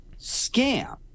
scam